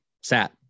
sat